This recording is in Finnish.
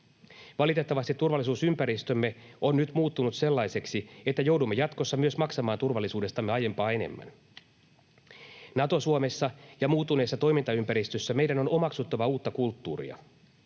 Valitettavasti turvallisuusympäristömme on nyt muuttunut sellaiseksi, että joudumme jatkossa myös maksamaan turvallisuudestamme aiempaa enemmän. Nato-Suomessa ja muuttuneessa toimintaympäristössä meidän on omaksuttava uutta kulttuuria.